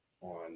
on